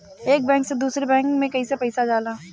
एक बैंक से दूसरे बैंक में कैसे पैसा जाला?